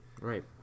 Right